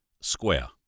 Square